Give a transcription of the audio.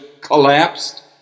collapsed